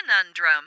Conundrum